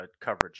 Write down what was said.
coverage